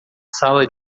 sala